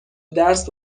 درس